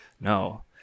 no